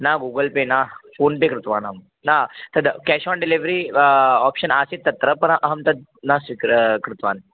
ना Google Pay ना PhonePe कृतवानहं न तद् केश् ओन् डिलिव्रि ओप्शन् आसीत् तत्र परम् अहं तद् न स्वीकृ कृतवान्